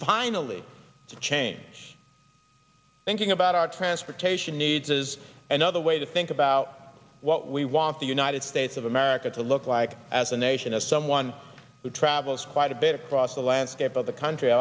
finally to change thinking about our transportation needs is another way to think about what we want the united states of america to look like as a nation as someone who travels quite a bit across the landscape of the country